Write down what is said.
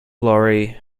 laurie